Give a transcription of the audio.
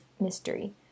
mystery